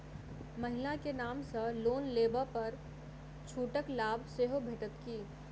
महिला केँ नाम सँ लोन लेबऽ पर छुटक लाभ सेहो भेटत की?